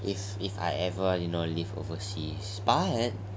if if I ever you know live overseas but